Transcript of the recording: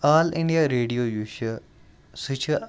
آل India radio یُس چھُ سُہ چھُ